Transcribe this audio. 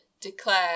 Declare